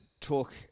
talk